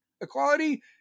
equality